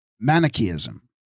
Manichaeism